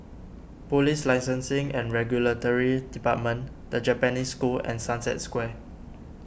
Police Licensing and Regulatory Department the Japanese School and Sunset Square